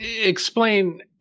explain